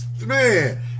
man